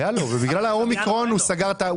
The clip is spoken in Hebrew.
היו לו, ובגלל האומיקרון הוא סגר את העסק.